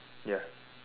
ya